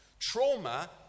Trauma